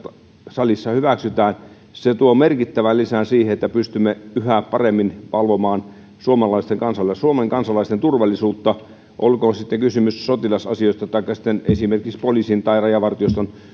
salissa hyväksytään tuo merkittävän lisän siihen että pystymme yhä paremmin valvomaan suomen kansalaisten turvallisuutta olkoon sitten kysymys sotilasasioista taikka esimerkiksi poliisin tai rajavartioston